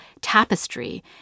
tapestry